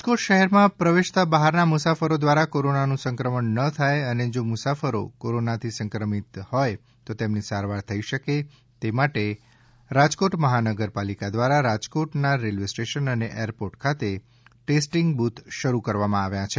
રાજકોટ શહેરમાં પ્રવેશતા બહારના મુસાફરો દ્વારા કોરોનાનું સંક્રમણ ન થાય અને જો મુસાફરો કોરોનાથી સંક્રમિત હોય તો તેમની સારવાર થઇ શકે તે માટે રાજકોટ મહાનગરપાલિકા દ્વારા રાજકોટના રેલવે સ્ટેશન અને એરપોર્ટ ખાતે ટેસ્ટિંગ બુથ શરુ કરવામાં આવ્યા છે